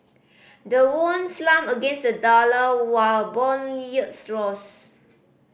the won slumped against the dollar while bond yields rose